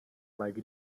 like